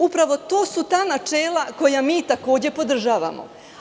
Upravo to su ta načela koja mi takođe podržavamo.